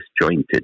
disjointed